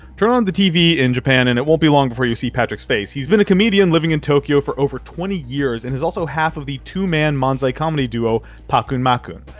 turn on the tv in japan, and it won't be long before you see patrick's face. he's been a comedian living in tokyo for over twenty years, and he's also half of the two man manzai comedy duo, pakkunmakkun.